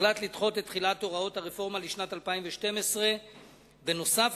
הוחלט לדחות את תחילת הוראות הרפורמה לשנת 2012. בנוסף,